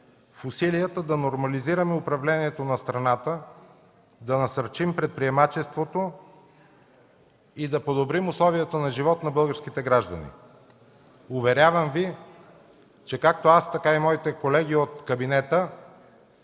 в усилията да нормализираме управлението на страната, да насърчим предприемачеството и подобрим условията на живот на българските граждани. Уверявам Ви, че както аз, така и моите колеги от кабинета